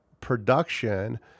production